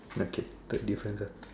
okay third difference ah